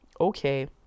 Okay